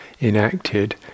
enacted